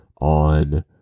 on